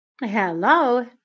hello